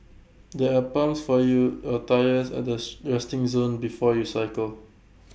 there are pumps for your A tyres at the resting zone before you cycle